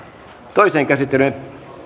toiseen käsittelyyn